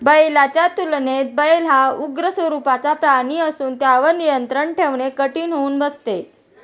बैलाच्या तुलनेत बैल हा उग्र स्वरूपाचा प्राणी असून त्यावर नियंत्रण ठेवणे कठीण होऊन बसते